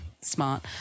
smart